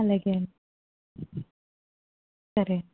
అలాగే అండి సరే అండి